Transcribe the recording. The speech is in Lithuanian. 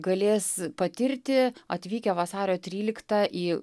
galės patirti atvykę vasario tryliktą į